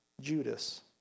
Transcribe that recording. Judas